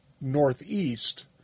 northeast